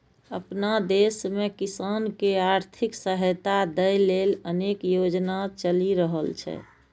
अपना देश मे किसान कें आर्थिक सहायता दै लेल अनेक योजना चलि रहल छै